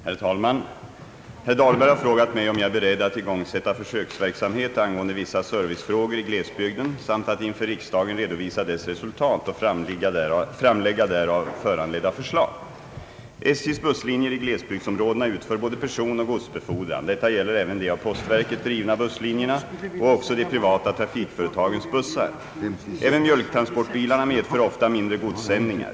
Herr talman! Herr Dahlberg har frågat mig om jag är beredd att igångsätta försöksverksamhet angående vissa servicefrågor i glesbygden samt att inför riksdagen redovisa dess resultat och framlägga därav föranledda förslag. SJ:s busslinjer i glesbygdsområdena utför både personoch godsbefordran. Detta gäller även de av postverket drivna busslinjerna och också de privata trafikföretagens bussar. Även mjölktransportbilarna medför ofta mindre godssändningar.